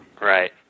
Right